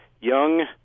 young